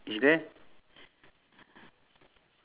on the floor